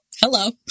hello